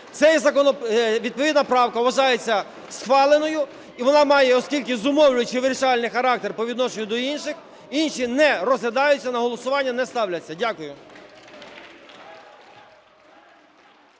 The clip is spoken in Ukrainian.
відповідна правка вважається схваленою і вона має, оскільки зумовлюючи вирішальний характер по відношенню до інших, інші не розглядаються і на голосування не ставляться. Дякую.